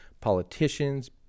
politicians